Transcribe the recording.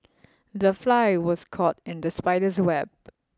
the fly was caught in the spider's web